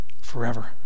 forever